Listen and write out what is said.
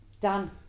done